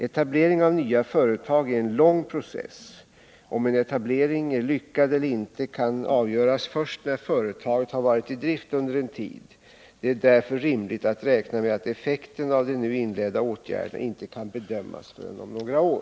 Etablering av nya företag är en lång process. Om en etablering är lyckad eller inte kan avgöras först när företaget har varit i drift under en tid. Det är därför rimligt att räkna med att effekten av de nu inledda åtgärderna inte kan bedömas förrän efter några år.